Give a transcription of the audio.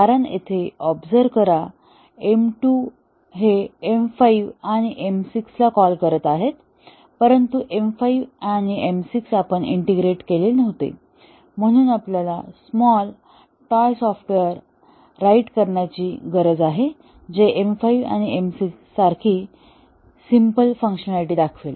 कारण येथे ऑबझर्व्ह करा M2 हे M5 आणि M6 ला कॉल करत आहे परंतु M5 आणि M6 आपण इंटिग्रेट केले नव्हते म्हणून आपल्याला स्मॉल टॉय सॉफ्टवेअर राईट करण्याची गरज आहे जे M5 आणि M6 सारखी सगळी सिम्पल फंकशनॅलिटी दाखवेल